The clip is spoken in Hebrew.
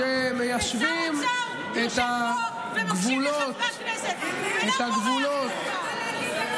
שר אוצר יושב פה ומקשיב לחברי הכנסת ולא בורח.